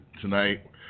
tonight